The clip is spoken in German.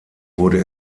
wurde